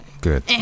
Good